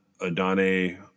Adane